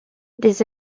des